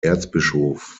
erzbischof